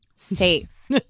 safe